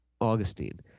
Augustine